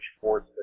force